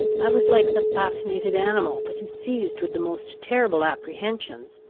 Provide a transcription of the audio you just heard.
i was like the fascinated animal, that is seized with the most terrible apprehensions,